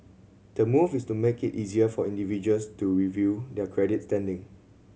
the move is to make it easier for individuals to review their credit standing